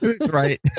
right